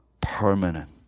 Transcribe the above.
permanent